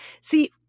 See